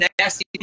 nasty